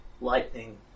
lightning